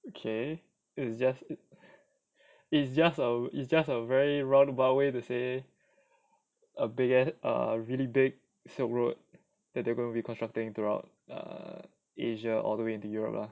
okay it's just it's just a it's just a very roundabout way to say a big and err a really big silk road that they're gonna be reconstructing throughout err asia all the way into europe lah